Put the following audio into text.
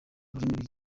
rurimi